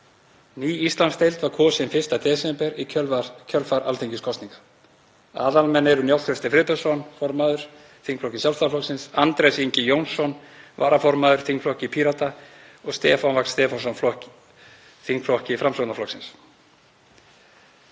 Ný Íslandsdeild var kosin 1. desember í kjölfar alþingiskosninga. Aðalmenn eru Njáll Trausti Friðbertsson formaður, þingflokki Sjálfstæðisflokksins, Andrés Ingi Jónsson varaformaður, þingflokki Pírata, og Stefán Vagn Stefánsson, þingflokki Framsóknarflokksins.